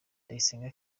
ndayisenga